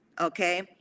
okay